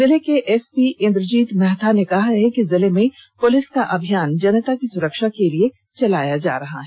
जिले के एसपी इंद्रजीत महाथा ने कहा है कि जिले में पुलिस का अभियान जनता की सुरक्षा के लिए चलाया जा रहा है